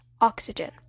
oxygen